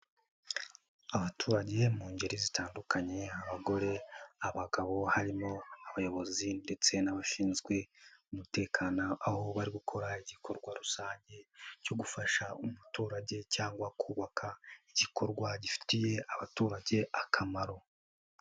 Abaturage mu ngeri zitandukanye abagore, abagabo, harimo abayobozi ndetse n'abashinzwe umutekano, aho bari gukora igikorwa rusange cyo gufasha umuturage cyangwa kubaka igikorwa gifitiye abaturage akamaro.